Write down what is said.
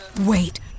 wait